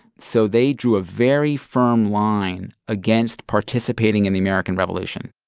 so they drew a very firm line against participating in the american revolution.